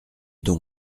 donc